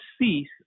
cease